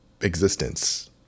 existence